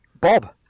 Bob